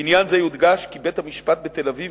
בעניין זה יודגש כי כבר כיום בית-המשפט בתל-אביב